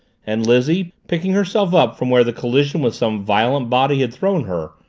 and lizzie, picking herself up from where the collision with some violent body had thrown her,